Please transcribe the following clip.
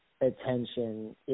attention